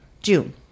June